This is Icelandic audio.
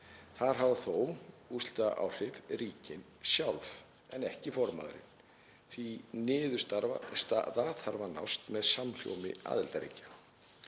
Þar hafa þó úrslitaáhrif ríkin sjálf en ekki formaðurinn því að niðurstaða þarf að nást með samhljómi aðildarríkja.